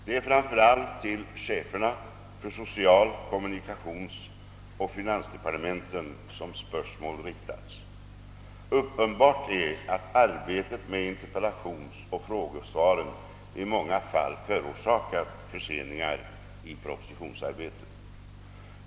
Det är framför allt till cheferna för social-, kommunikationsoch finansdepartementen som spörsmål riktats. Uppenbart är att arbetet med interpellationsoch frågesvaren i många fall förorsakat förseningar i propositionsarbetet.